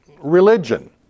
religion